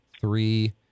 three